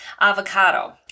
avocado